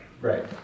Right